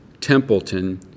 Templeton